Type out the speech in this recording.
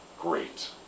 great